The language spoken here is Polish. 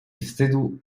wstydu